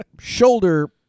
shoulder